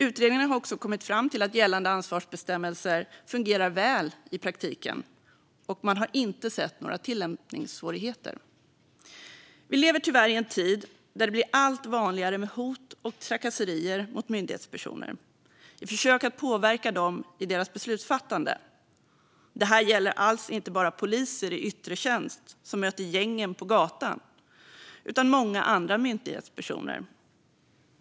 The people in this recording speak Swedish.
Utredningen har också kommit fram till att gällande ansvarsbestämmelser fungerar väl i praktiken, och man har inte sett några tillämpningssvårigheter. Vi lever tyvärr i en tid där det blir allt vanligare med hot och trakasserier mot myndighetspersoner i försök att påverka dem i deras beslutsfattande. Det här gäller alls inte bara poliser i yttre tjänst som möter gängen på gatan utan även många andra myndighetspersoner.